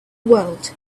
world